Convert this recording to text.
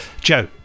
Joe